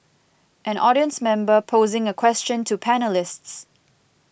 an audience member posing a question to panellists